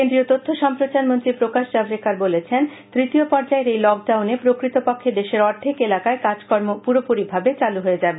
কেন্দ্রীয় তথ্য ও সম্প্রচার মন্ত্রী প্রকাশ জাভরেকার বলেছেন তৃতীয় পর্যায়ের এই লকডাউনে প্রকৃত পক্ষে দেশের অর্ধেক এলাকায় কাজকর্ম পুরোপুরিভাবে চালু হয়ে যাবে